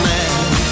Man